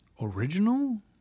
original